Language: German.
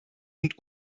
und